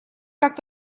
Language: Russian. как